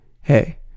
Hey